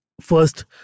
first